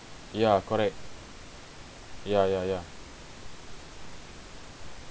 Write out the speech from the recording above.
ya correct ya ya ya